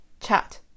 chat